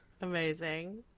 Amazing